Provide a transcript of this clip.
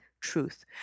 truth